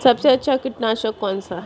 सबसे अच्छा कीटनाशक कौन सा है?